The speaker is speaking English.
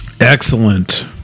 Excellent